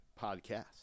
podcast